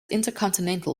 intercontinental